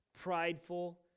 prideful